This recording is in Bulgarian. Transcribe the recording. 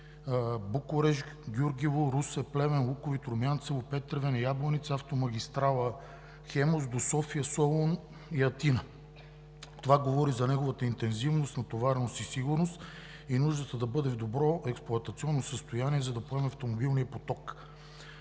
Букурещ – Гюргево – Русе – Плевен – Луковит – Румянцево – Петревенe – Ябланица – Автомагистрала „Хемус“ до София, Солун и Атина. Това говори за неговата интензивност, натовареност, сигурност и нуждата да бъде в добро експлоатационно състояние, за да поеме автомобилния поток.